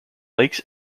lakes